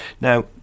Now